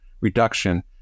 reduction